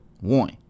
one